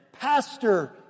pastor